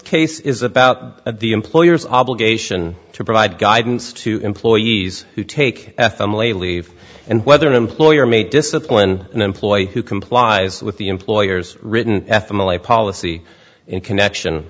case is about the employer's obligation to provide guidance to employees who take a leave and whether an employer may discipline an employee who complies with the employer's written ethanol a policy in connection